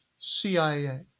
CIA